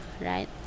right